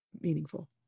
meaningful